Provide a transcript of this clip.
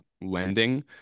lending